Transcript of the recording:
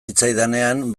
zitzaidanean